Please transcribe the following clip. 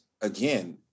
again